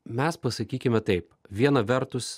mes pasakykime taip viena vertus